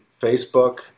Facebook